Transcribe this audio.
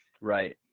Right